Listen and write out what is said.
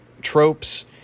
tropes